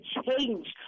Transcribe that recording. change